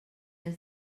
has